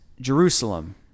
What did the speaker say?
Jerusalem